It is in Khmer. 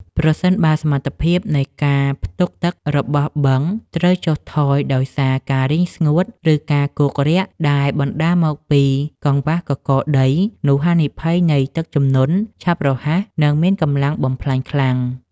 ប្រសិនបើសមត្ថភាពនៃការផ្ទុកទឹករបស់បឹងត្រូវចុះថយដោយសារការរីងស្ងួត ឬការគោករាក់ដែលបណ្តាលមកពីកង្វះកករដី នោះហានិភ័យនៃទឹកជំនន់ឆាប់រហ័ស និងមានកម្លាំងបំផ្លាញខ្លាំង។